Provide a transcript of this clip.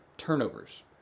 turnovers